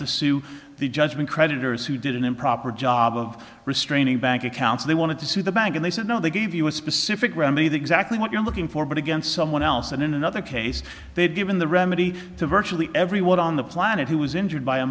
to sue the judgment creditors who did an improper job of restraining bank accounts they wanted to sue the bank and they said no they gave you a specific remedy the exactly what you're looking for but against someone else and in another case they've given the remedy to virtually everyone on the planet who was injured by a